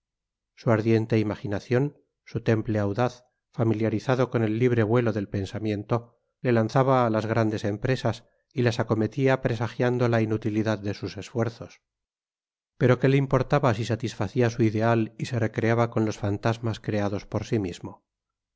su ardiente imaginación su temple audaz familiarizado con el libre vuelo del pensamiento le lanzaba a las grandes empresas y las acometía presagiando la inutilidad de sus esfuerzos pero qué le importaba si satisfacía su ideal y se recreaba con los fantasmas creados por sí mismo